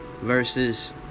Versus